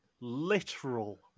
literal